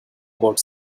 about